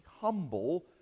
humble